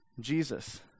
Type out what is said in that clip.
Jesus